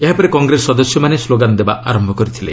ଏହାପରେ କଂଗ୍ରେସ ସଦସ୍ୟମାନେ ସ୍କୋଗାନ ଦେବା ଆରମ୍ଭ କରିଥିଲେ